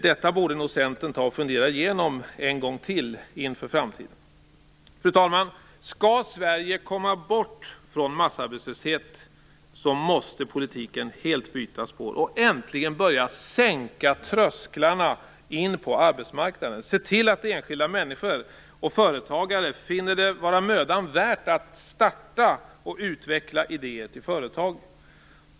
Detta borde Centern fundera igenom en gång till inför framtiden. Fru talman! Skall Sverige komma bort från massarbetslöshet måste politiken helt ändras. Äntligen måste man börja sänka trösklarna in på arbetsmarknaden, se till att enskilda människor och företagare finner det vara mödan värt att starta och utveckla idéer till företag.